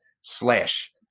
slash